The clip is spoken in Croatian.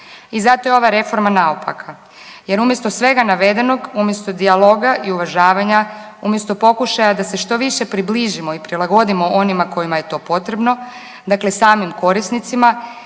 I zato je ova reforma naopaka, jer, umjesto svega navedenog, umjesto dijaloga i uvažavanja, umjesto pokušaja da se što više približimo i prilagodimo onima koji je to potrebno, dakle samim korisnicima,